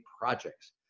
projects